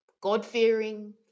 God-fearing